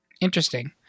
Interesting